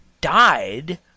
died